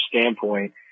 standpoint